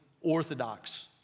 Orthodox